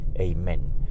amen